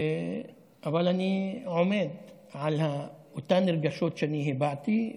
אבל אני עומד על אותם רגשות שאני הבעתי,